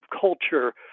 culture